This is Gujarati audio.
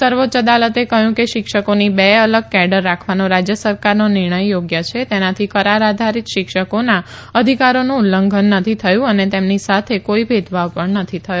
સર્વોચ્ય અદાલતે કહ્યું કે શિક્ષકોની બે અલગ કેડર રાખવાનો રાજ્ય સરકારનો નિર્ણય યોગ્ય છે તેનાથી કરાર આધારિત શિક્ષકોના અધિકારોનું ઉલ્લંઘન નથી થયું અને તેમની સાથે કોઈ ભેદભાવ પણ નથી થયો